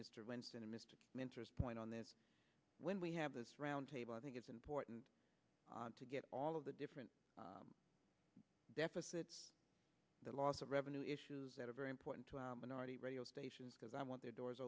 mr mentors point on this when we have this roundtable i think it's important to get all of the different deficits the loss of revenue issues that are very important to minority radio stations because i want their doors